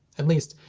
at least,